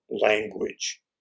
language